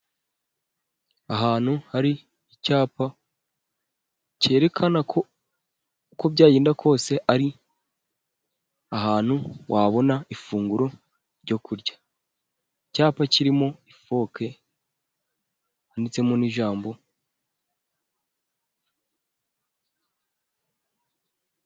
Ahantu hari icyapa cyerekana ko uko byagenda kose ari ahantu wabona ifunguro ryo kurya. Icyapa kirimo ifoke, handitsemo n'ijambo...